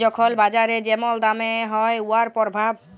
যখল বাজারে যেমল দাম হ্যয় উয়ার পরভাব